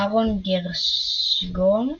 אהרון גרשגורן,